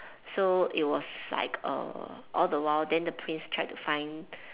so it was like err all the while then the prince tried to find